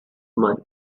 money